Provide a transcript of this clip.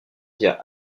via